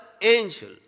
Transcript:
angel